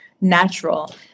natural